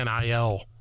NIL